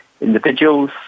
individuals